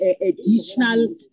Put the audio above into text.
additional